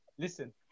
Listen